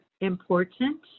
important